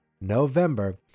November